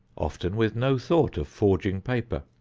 often with no thought of forging paper.